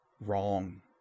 wrong